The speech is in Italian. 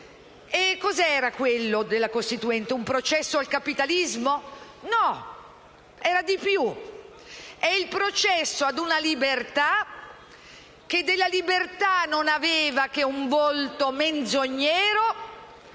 Cosa era quello della Costituente: un processo al capitalismo? No, era di più: è il processo ad una libertà, che della libertà non aveva che un volto menzognero,